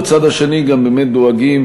בצד השני גם באמת דואגים